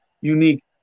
unique